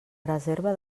reserva